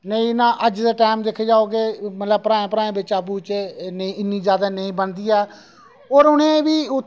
नेईं ना अज्ज दे टाइम दिक्खेआ जा कि मतलब भ्राएं भ्राएं बिच आपूं बिच्चें इन्नी जैदा नेईं बनदी ऐ और उ'नें बी